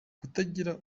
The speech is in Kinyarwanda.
kutagira